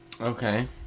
Okay